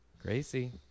Gracie